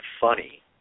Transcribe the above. funny